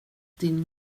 din